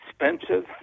Expensive